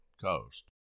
coast